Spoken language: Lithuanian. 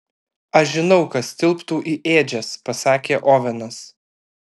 aš žinau kas tilptu į ėdžias pasakė ovenas